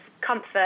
comfort